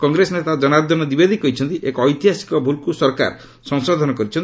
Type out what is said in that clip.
କଂଗ୍ରେସ ନେତା ଜନାର୍ଦ୍ଦନ ଦିଓ୍ବେଦୀ କହିଛନ୍ତି ଏକ ଐତିହାସିକ ଭ୍ରଲ୍କୃ ସରକାର ସଂଶୋଧନ କରିଛନ୍ତି